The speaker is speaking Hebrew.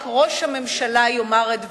אם רק ראש הממשלה יאמר את דברו,